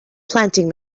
planting